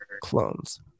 clones